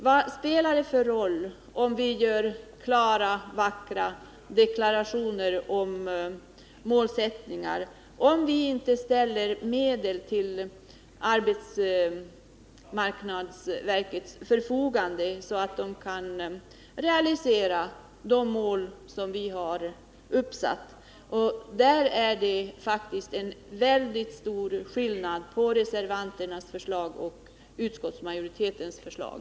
Vad spelar det för roll om vi gör klara, vackra deklarationer om målsättningar, om vi inte ställer medel till arbetsmarknadsverkets förfogande så att man där kan realisera de mål som vi har uppsatt? Där är det faktiskt en stor skillnad mellan reservanternas förslag och utskottsmajoritetens förslag.